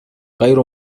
غير